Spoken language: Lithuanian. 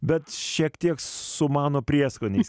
bet šiek tiek su mano prieskoniais